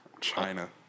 China